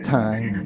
time